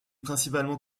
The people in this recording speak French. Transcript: principalement